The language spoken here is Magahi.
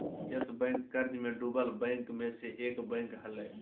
यस बैंक कर्ज मे डूबल बैंक मे से एक बैंक हलय